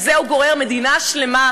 על זה הוא גורר מדינה שלמה,